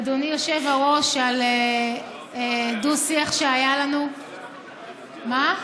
אדוני היושב-ראש, על דו-שיח שהיה לנו, מה?